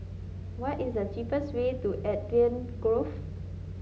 what is the cheapest way to Eden Grove